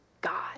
God